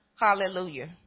Hallelujah